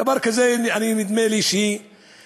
דבר כזה, נדמה לי שצריך,